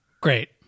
Great